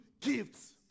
gifts